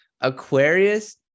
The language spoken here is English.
Aquarius